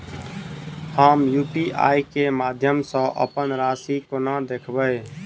हम यु.पी.आई केँ माध्यम सँ अप्पन राशि कोना देखबै?